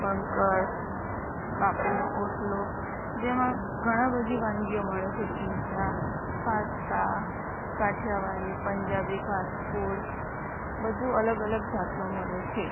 bunkers બાપૂનો ઓટલો જેમાં ઘણી બધી વાનગીઓ મળે છે pizza pasta Kathiyawadi Punjabi fast food બધું અલગ અલગ જાતનું મળે છે